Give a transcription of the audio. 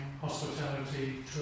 hospitality